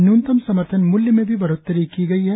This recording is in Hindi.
न्यूनतम समर्थन मूल्य में भी बढ़ोतरी की गई है